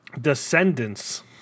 Descendants